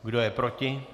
Kdo je proti?